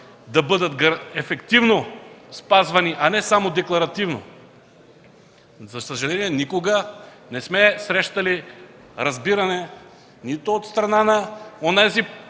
да бъдат спазвани ефективно, а не само декларативно. За съжаление, никога не сме срещали разбиране нито от страна на